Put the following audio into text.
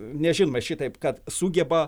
nežinma šitaip kad sugeba